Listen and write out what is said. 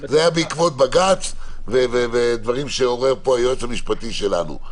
זה היה בעקבות בג"ץ ודברים שעורר פה היועץ המשפטי שלנו.